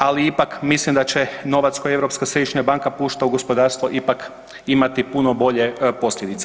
Ali ipak mislim da će novac koji Europska središnja banka pušta u gospodarstvo ipak imati puno bolje posljedice.